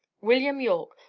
william yorke,